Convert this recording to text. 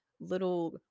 little